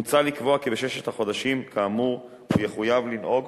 מוצע לקבוע כי בששת החודשים כאמור הוא יחויב לנהוג